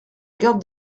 garde